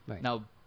Now